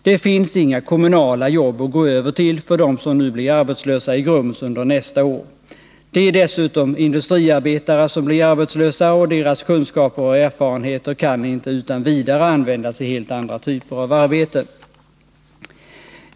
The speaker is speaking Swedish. Det finns inga kommunala jobb att gå över till för dem som nu blir arbetslösa i Grums under nästa år. Det är dessutom industriarbetare som blir arbetslösa, och deras kunskaper och erfarenheter kan inte utan vidare användas i helt andra typer av arbeten.